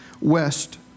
west